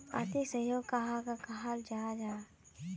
आर्थिक सहयोग कहाक कहाल जाहा जाहा?